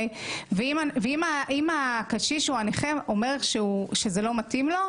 אם הקשיש או הנכה אומר שזה לא מתאים לו,